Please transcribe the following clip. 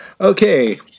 Okay